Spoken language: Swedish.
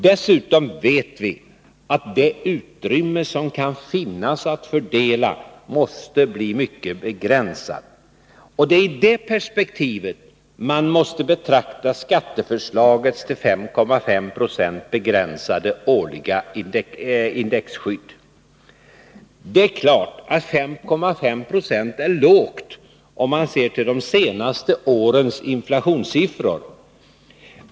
Dessutom vet vi att det utrymme som kan finnas att fördela måste bli mycket begränsat. Det är i det perspektivet man måste betrakta skatteförslagets till 5,5 96 begränsade årliga indexskydd. Det är klart att 5,5 26 är lågt, om man ser till de senaste årens inflationssiffror.